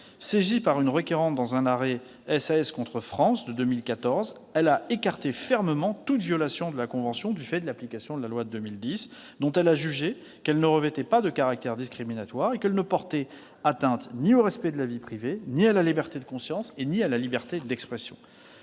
Saisie par une requérante, dans son arrêt de 2014, elle a écarté fermement toute violation de la Convention du fait de l'application de la loi de 2010, dont elle a jugé qu'elle ne revêtait pas de caractère discriminatoire et qu'elle ne portait atteinte ni au respect de la vie privée, ni à la liberté de conscience, ni à la liberté d'expression.